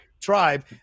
tribe